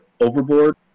overboard